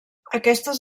aquestes